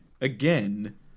again